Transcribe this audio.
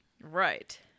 right